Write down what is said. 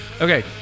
Okay